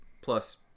Plus